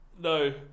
No